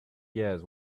years